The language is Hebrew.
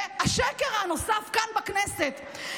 השקר הנוסף כאן בכנסת,